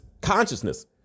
consciousness